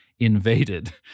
invaded